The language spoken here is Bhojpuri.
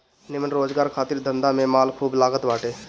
निमन रोजगार खातिर धंधा में माल खूब लागत बाटे